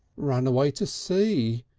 run away to sea,